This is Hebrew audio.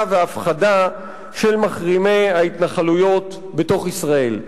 והפחדה של מחרימי ההתנחלויות בתוך ישראל.